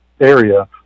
area